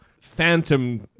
phantom